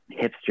hipster